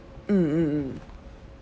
mm mm mm